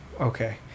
Okay